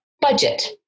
budget